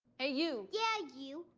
hey you. yeah, you,